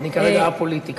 אני כרגע א-פוליטי.